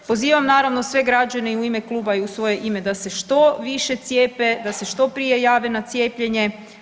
Pozivam naravno sve građane u ime kluba i u svoje ime da se što više cijepe, da se što prije jave na cijepljenje.